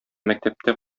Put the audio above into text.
мәктәптә